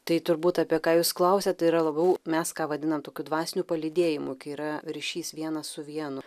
tai turbūt apie ką jūs klausiat tai yra labiau mes ką vadinam tokiu dvasiniu palydėjimu kai yra ryšys vienas su vienu